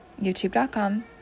youtube.com